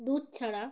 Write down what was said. দুধ ছাড়া